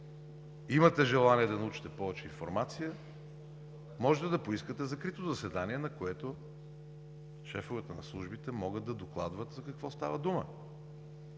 имате желание да научите повече информация, можете да поискате закрито заседание, на което шефовете на службите могат да докладват за какво става дума.